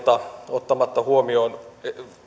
ottamatta huomioon